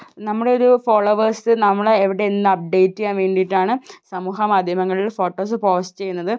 നമ്മുടെ ഒരു ഫോളോവേർസ് നമ്മളെ എവിടെയെന്ന് അപ്ഡേറ്റ് ചെയ്യാൻ വേണ്ടിയിട്ടാണ് സമൂഹ മാധ്യമങ്ങളിൽ ഫോട്ടോസ് പോസ്റ്റ് ചെയ്യുന്നത്